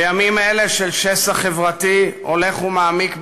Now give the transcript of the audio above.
בימים אלה של שסע חברתי הולך ומעמיק בתוכנו,